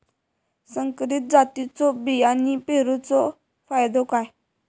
संकरित जातींच्यो बियाणी पेरूचो फायदो काय?